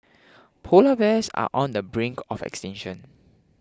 Polar Bears are on the brink of extinction